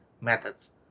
methods